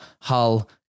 Hull